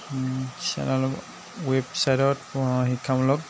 চেনেলত ৱেবছাইটত শিক্ষামূলক